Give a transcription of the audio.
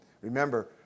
Remember